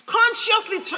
consciously